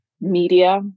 media